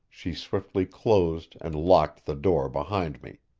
she swiftly closed and locked the door behind me.